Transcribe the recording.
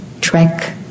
trek